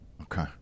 Okay